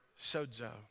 sozo